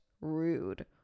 rude